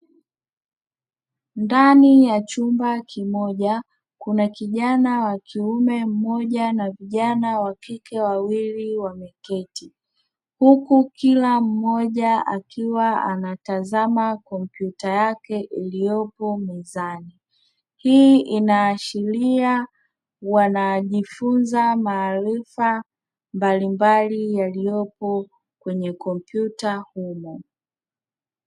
Ndani ya chumba kimoja, kuna kijana wa kiume mmoja na vijana wa kike wawili wameketi. Huku kila mmoja akiwa anatazama kompyuta yake iliyopo mezani. Hii inaashiria wanajifunza maarifa mbalimbali yaliyopo kwenye kompyuta humo.